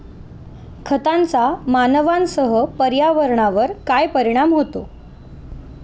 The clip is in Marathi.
खतांचा मानवांसह पर्यावरणावर काय परिणाम होतो?